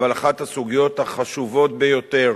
אבל אחת הסוגיות החשובות ביותר